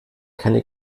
keine